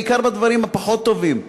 בעיקר בדברים הפחות טובים.